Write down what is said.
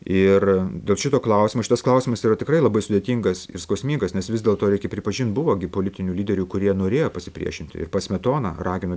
ir dėl šito klausimo šitas klausimas yra tikrai labai sudėtingas ir skausmingas nes vis dėlto reikia pripažint buvo gi politinių lyderių kurie norėjo pasipriešinti smetona ragino